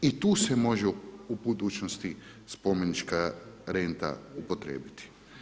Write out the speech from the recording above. I tu se može u budućnosti spomenička renta upotrijebiti.